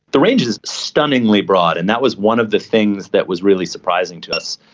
the range is stunningly broad and that was one of the things that was really surprising to us.